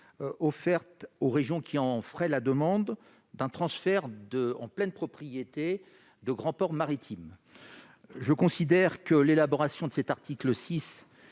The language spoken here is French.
pour les régions qui en feraient la demande, d'un transfert en pleine propriété de grands ports maritimes. Je considère que la rédaction de cet article